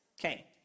Okay